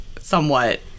somewhat